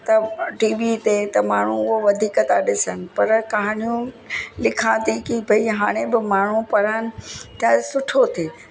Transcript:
त T V ते त माण्हू उहो वधीक था ॾिसनि पर कहाणियूं लिखां थी कि भई हाणे बि माण्हू पढ़नि त सुठो थिए